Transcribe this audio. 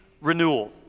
renewal